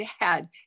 dad